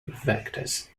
vectors